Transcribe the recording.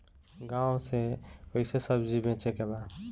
गांव से कैसे सब्जी बेचे के बा?